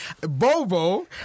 Bobo